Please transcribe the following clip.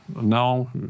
now